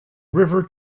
river